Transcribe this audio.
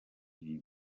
ibi